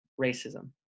racism